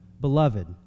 beloved